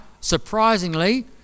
surprisingly